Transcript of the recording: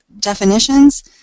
definitions